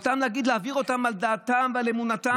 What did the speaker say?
אותם להגיד להעביר על דעתם ועל אמונתם?